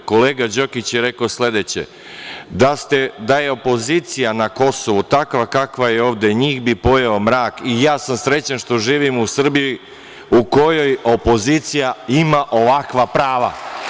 Kolega Đokić je rekao sledeće – da je opozicija na Kosovu takva kakva je ovde, njih bi pojeo mrak i ja sam srećan što živim u Srbiji u kojoj opozicija ima ovakva prava.